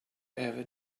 ever